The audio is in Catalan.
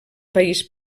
país